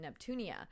Neptunia